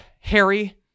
Harry